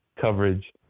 coverage